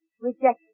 Rejected